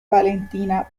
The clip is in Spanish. valentina